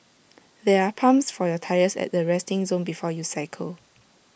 there are pumps for your tyres at the resting zone before you cycle